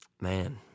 Man